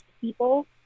people